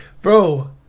Bro